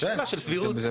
זה שאלה של סבירות.